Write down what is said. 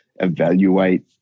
evaluate